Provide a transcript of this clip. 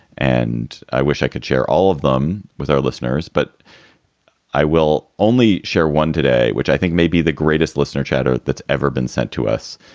and i wish i could share all of them with our listeners, but i will only share one today, which i think may be the greatest listener chatter that's ever been sent to us.